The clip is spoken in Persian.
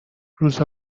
روزا